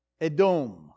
Edom